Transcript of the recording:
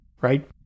Right